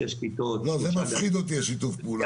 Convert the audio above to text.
שש כיתות --- שיתוף הפעולה מפחיד אותי דווקא.